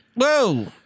Whoa